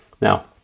Now